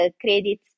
credit